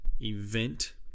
event